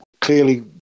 Clearly